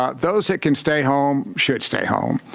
ah those that can stay home should stay home.